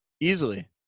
Easily